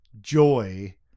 joy